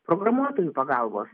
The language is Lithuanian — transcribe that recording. programuotojų pagalbos